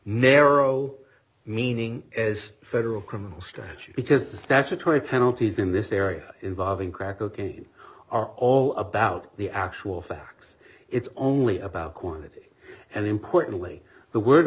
narrow meaning is a federal criminal statute because the statutory penalties in this area involving crack cocaine are all about the actual facts it's only about quantity and importantly the word